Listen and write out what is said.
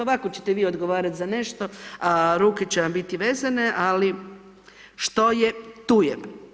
Ovako ćete vi odgovarati za nešto a ruke će vam biti vezane, ali što je tu je.